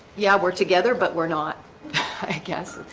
yeah, we're together, but we're not yes,